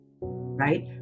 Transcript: right